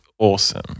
Awesome